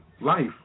life